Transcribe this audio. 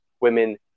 women